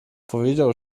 powiedział